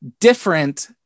different